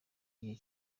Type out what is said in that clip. gihe